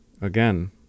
again